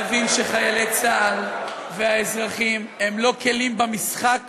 להבין שחיילי צה"ל והאזרחים הם לא כלים במשחק